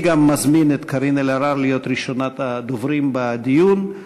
אני גם מזמין את קארין אלהרר להיות ראשונת הדוברים בדיון.